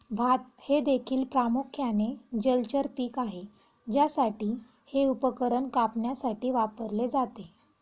भात हे देखील प्रामुख्याने जलचर पीक आहे ज्यासाठी हे उपकरण कापण्यासाठी वापरले जाते